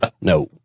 no